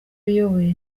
uyoboye